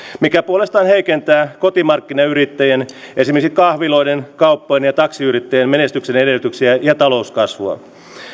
mikä puolestaan heikentää kotimarkkinayrittäjien esimerkiksi kahviloiden kauppojen ja ja taksiyrittäjien menestyksen edellytyksiä ja talouskasvua